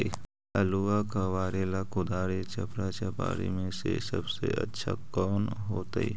आलुआ कबारेला कुदारी, चपरा, चपारी में से सबसे अच्छा कौन होतई?